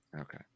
Okay